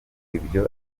ibyo